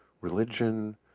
religion